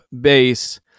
base